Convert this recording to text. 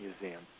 Museum